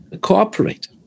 cooperate